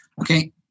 okay